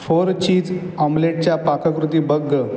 four cheese ऑमलेटच्या पाककृती बघ गं